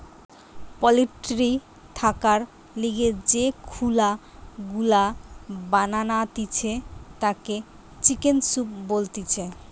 poultry থাকার লিগে যে খুলা গুলা বানাতিছে তাকে চিকেন কূপ বলতিছে